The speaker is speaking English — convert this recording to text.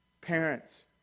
Parents